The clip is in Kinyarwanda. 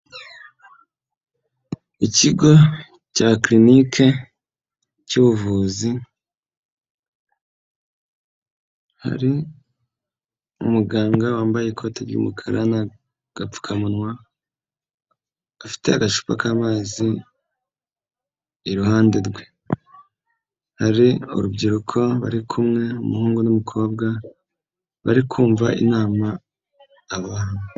Ikigo cya clinic cy'ubuvuzi hari umuganga wambaye ikoti ry'umukara n'a gapfukamunwa, afite agacupa k'amazi iruhande rwe, hari urubyiruko bari kumwe n'umuhungu n'umukobwa bari kumva inama.